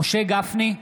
משה גפני,